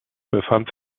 befand